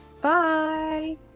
bye